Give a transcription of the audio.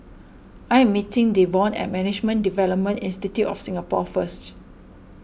I am meeting Devon at Management Development Institute of Singapore first